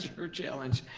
her challenge.